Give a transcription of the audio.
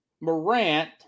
Morant